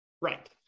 Right